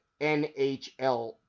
NHL